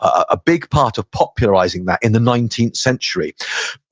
a big part of popularizing that in the nineteenth century